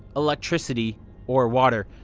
electricity or water.